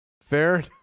Fair